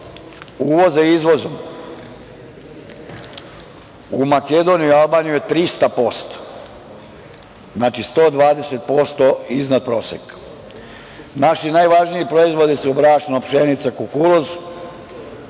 uvoza izvozom u Makedoniju i Albaniju je 300%. Znači, 120% iznad proseka. Naši najvažniji proizvodi su brašno, pšenica, kukuruz